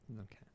okay